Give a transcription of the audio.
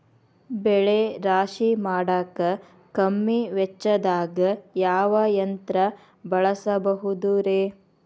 ಬೆಳೆ ರಾಶಿ ಮಾಡಾಕ ಕಮ್ಮಿ ವೆಚ್ಚದಾಗ ಯಾವ ಯಂತ್ರ ಬಳಸಬಹುದುರೇ?